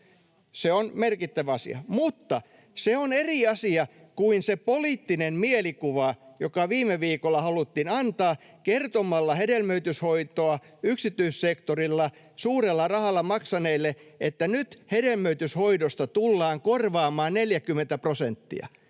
Se on merkittävä asia. — Mutta se on eri asia kuin se poliittinen mielikuva, joka viime viikolla haluttiin antaa kertomalla hedelmöityshoitoa yksityissektorilla suurella rahalla maksaneille, että nyt hedelmöityshoidosta tullaan korvaamaan 40 prosenttia.